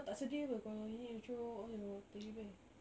kau tak sedih apa kalau you need to throw all your teddy bear